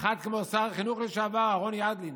אחד כמו שר החינוך לשעבר אהרן ידלין,